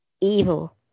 Evil